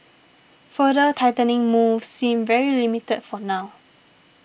further tightening moves seem very limited for now